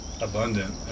abundant